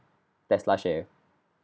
Tesla share